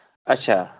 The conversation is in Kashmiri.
اچھا